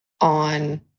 on